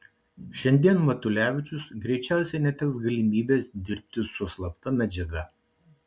šiandien matulevičius greičiausiai neteks galimybės dirbti su slapta medžiaga